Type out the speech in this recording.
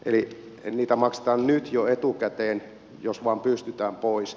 eli niitä maksetaan nyt jo etukäteen jos vain pystytään pois